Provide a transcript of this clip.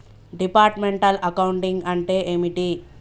Departmental accounting అంటే ఏమిటి?